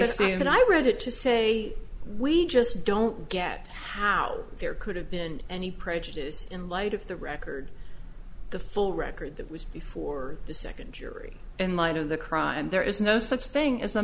and i read it to say we just don't get how there could have been any prejudice in light of the record the full record that was before the second jury in light of the crime and there is no such thing as a